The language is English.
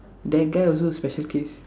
that guy also special case